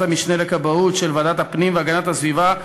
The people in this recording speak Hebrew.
המשנה לכבאות של ועדת הפנים והגנת הסביבה,